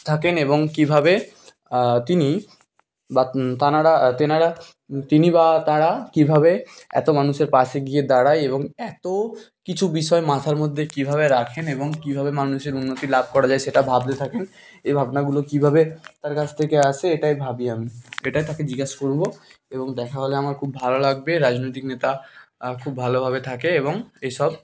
থাকেন এবং কীভাবে তিনি বা তেনারা তেনারা তিনি বা তারা কীভাবে এত মানুষের পাশে গিয়ে দাঁড়ায় এবং এত কিছু বিষয় মাথার মধ্যে কীভাবে রাখেন এবং কীভাবে মানুষের উন্নতি লাভ করা যায় সেটা ভাবতে থাকেন এ ভাবনাগুলো কীভাবে তার কাছ থেকে আসে এটাই ভাবি আমি এটা তাকে জিজ্ঞাসা করব এবং দেখা হলে আমার খুব ভালো লাগবে রাজনৈতিক নেতা খুব ভালোভাবে থাকে এবং এসব